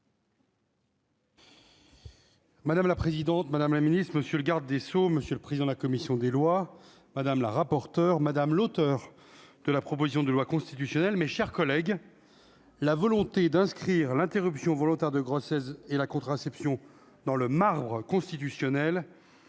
Madame la présidente, madame la Ministre, monsieur le garde des sceaux, monsieur le président de la commission des lois, madame la rapporteure madame l'auteur de la proposition de loi constitutionnelle, mes chers collègues, la volonté d'inscrire l'interruption volontaire de grossesse et la contraception dans le marbre constitutionnel